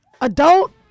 Adult